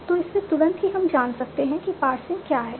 तो इससे तुरंत ही हम जान सकते हैं कि पार्सिंग क्या है